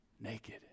naked